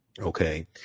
Okay